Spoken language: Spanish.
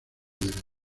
líderes